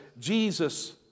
Jesus